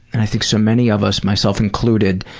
and i think so many of us, myself included,